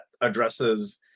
addresses